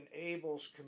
enables